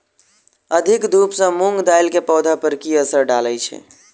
अधिक धूप सँ मूंग दालि केँ पौधा पर की असर डालय छै?